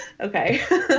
Okay